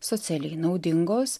socialiai naudingos